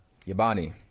Yabani